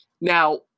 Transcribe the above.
now